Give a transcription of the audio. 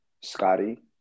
scotty